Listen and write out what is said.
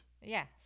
Yes